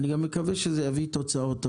אני מקווה שזה גם יביא תוצאות.